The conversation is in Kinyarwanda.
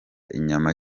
inyama